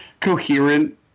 coherent